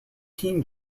team